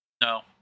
No